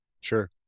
Sure